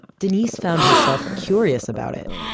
denise found herself curious about it.